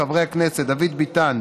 חברי הכנסת דוד ביטן,